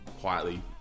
quietly